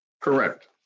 Correct